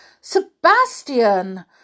Sebastian